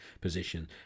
position